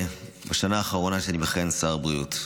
בשנה האחרונה שבה אני מכהן כשר בריאות,